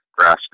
grassroots